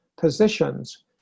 positions